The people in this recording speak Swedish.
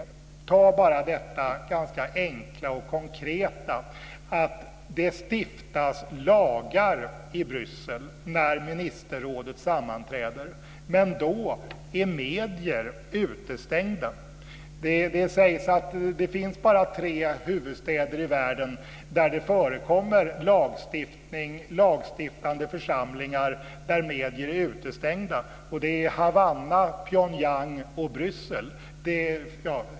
Vi kan t.ex. ta detta enkla och konkreta att det stiftas lagar när ministerrådet sammanträder i Bryssel, men då är medierna utestängda. Det sägs att det bara finns tre huvudstäder i världen där det förekommer lagstiftande församlingar där medierna är utestängda. Det är Havanna, Pyongyang och Bryssel.